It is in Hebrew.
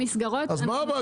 אז מה הבעיה?